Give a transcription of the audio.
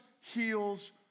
heals